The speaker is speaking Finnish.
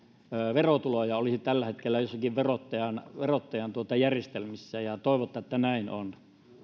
verotuloja olisi tällä hetkellä jossakin verottajan verottajan järjestelmissä toivotaan että näin on